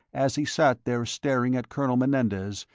as he sat there staring at colonel menendez,